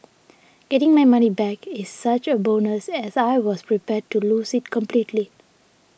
getting my money back is such a bonus as I was prepared to lose it completely